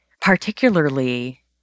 particularly